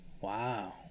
Wow